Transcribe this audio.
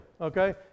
okay